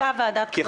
הייתה ועדת כספים.